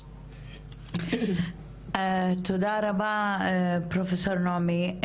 תודה רבה פרופסור נעמי.